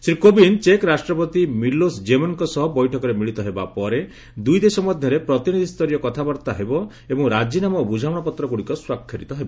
ଶ୍ରୀ କୋବିନ୍ଦ ଚେକ୍ ରାଷ୍ଟ୍ରପତି ମିଲୋସ୍ ଜେମେନ୍ଙ୍କ ସହ ବୈଠକରେ ମିଳିତ ହେବା ପରେ ଦୁଇଦେଶ ମଧ୍ୟରେ ପ୍ରତିନିଧିଷ୍ଠରୀୟ କଥାବାର୍ତ୍ତା ହେବ ଏବଂ ରାଜିନାମା ଓ ବୁଝାମଣାପତ୍ର ଗୁଡିକ ସ୍ୱାକ୍ଷରିତ ହେବ